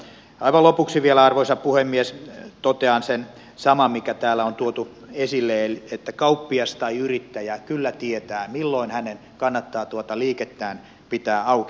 aivan lopuksi vielä arvoisa puhemies totean sen saman mikä täällä on tuotu esille että kauppias tai yrittäjä kyllä tietää milloin hänen kannattaa liikettään pitää auki